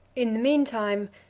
in the mean time,